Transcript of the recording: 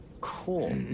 Cool